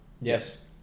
Yes